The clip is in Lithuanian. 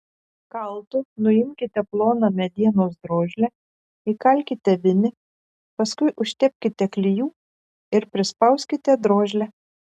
kaltu nuimkite ploną medienos drožlę įkalkite vinį paskui užtepkite klijų ir prispauskite drožlę